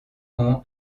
ont